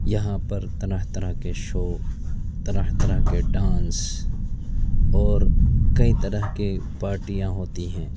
یہاں پر طرح طرح کے شو طرح طرح کے ڈانس اور کئی طرح کے پارٹیاں ہوتی ہیں